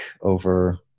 over